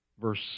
Verse